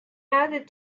added